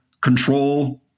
control